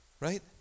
Right